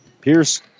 Pierce